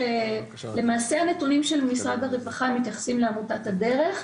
למעשה הנתונים של משרד הרווחה מתייחסים לעמותת הדרך.